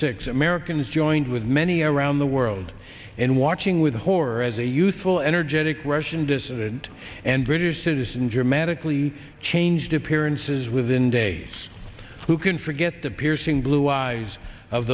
six americans joined with many around the world and watching with horror as a youthful energetic russian dissident and british citizen dramatically changed appearances within days who can forget the piercing blue eyes of